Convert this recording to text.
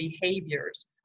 behaviors